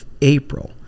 April